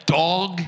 dog